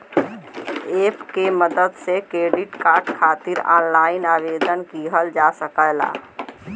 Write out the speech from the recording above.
app के मदद से क्रेडिट कार्ड खातिर ऑनलाइन आवेदन किहल जा सकला